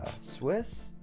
Swiss